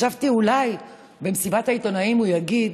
חשבתי שאולי במסיבת העיתונאים הוא יגיד: